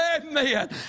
Amen